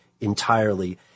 entirely